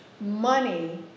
money